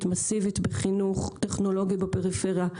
מאסיבית בחינוך טכנולוגיה בפריפריה,